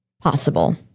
possible